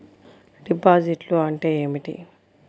డిపాజిట్లు అంటే ఏమిటి?